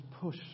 push